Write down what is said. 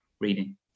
reading